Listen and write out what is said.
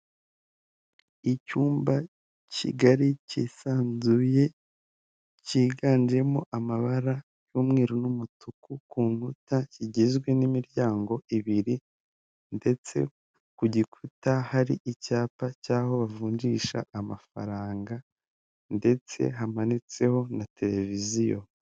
Ogisisi foiri biro akaba ari ibiro bifasha abaza kuvunjisha amafaranga yabo bayakura mu bwoko runaka bw'amafaranga bayashyira mu bundi bwoko runaka bw'amafaranga, aha turabonamo mudasobwa, turabonamo n'umugabo wicaye ategereje gufasha abakiriya baza kuvunjisha amafaranga yawe.